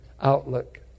outlook